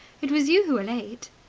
it was you who were late.